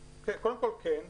קודם כל, כן.